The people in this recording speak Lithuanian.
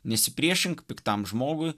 nesipriešink piktam žmogui